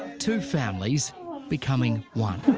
two families becoming one.